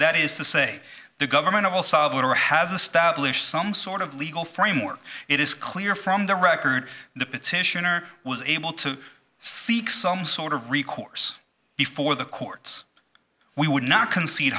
that is to say the government will solve it or has established some sort of legal framework it is clear from the record the petitioner was able to seek some sort of recourse before the courts we would not concede